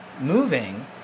moving